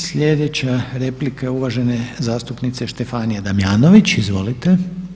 Sljedeća replika je uvažene zastupnice Štefanije Damjanović, izvolite.